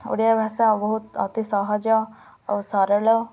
ଓଡ଼ିଆ ଭାଷା ବହୁତ ଅତି ସହଜ ଓ ସରଳ